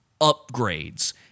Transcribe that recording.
upgrades